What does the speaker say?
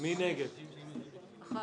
6 נגד,